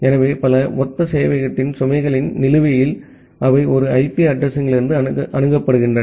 எனவே பல ஒத்த சேவையகத்தின் சுமைகளின் நிலுவைகள் அவை ஒரு ஐபி அட்ரஸிங் யிலிருந்து அணுகப்படுகின்றன